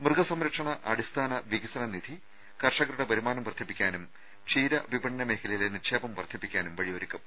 മൃഗ സംരക്ഷണ അടിസ്ഥാന വികസന നിധി കർഷകരുടെ വരുമാനം വർദ്ധിപ്പിക്കാനും ക്ഷീര വിപണന മേഖലയിലെ നിക്ഷേപം വർദ്ധിപ്പിക്കാനും വഴിയൊരുക്കും